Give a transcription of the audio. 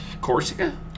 Corsica